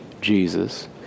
Jesus